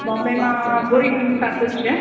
બોમ્બેમાં બોરીવલીની પાસે જ છે